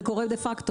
זה קורה דה-פקטו.